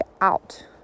out